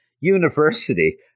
university